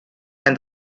and